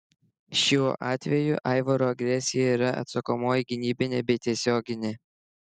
šiuo atveju aivaro agresija yra atsakomoji gynybinė bei tiesioginė